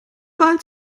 habt